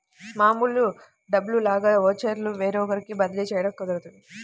మామూలు డబ్బుల్లాగా ఓచర్లు వేరొకరికి బదిలీ చేయడం కుదరదు